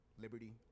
liberty